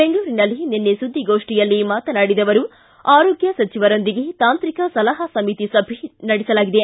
ಬೆಂಗಳೂರಿನಲ್ಲಿ ನಿನ್ನೆ ಸುದ್ದಿಗೋಷ್ಠಿಯಲ್ಲಿ ಮಾತನಾಡಿದ ಅವರು ಆರೋಗ್ಯ ಸಚಿವರೊಂದಿಗೆ ತಾಂತ್ರಿಕ ಸಲಹಾ ಸಮಿತಿ ಸಭೆ ನಡೆಸಲಾಗಿದೆ